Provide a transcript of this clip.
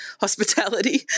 hospitality